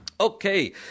Okay